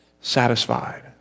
satisfied